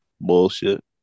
Bullshit